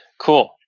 Cool